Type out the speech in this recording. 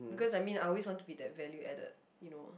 because I mean I always want to be that value added you know